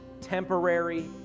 temporary